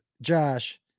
Josh